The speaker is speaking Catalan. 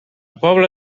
pobla